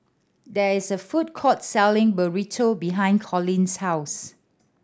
there is a food court selling Burrito behind Coley's house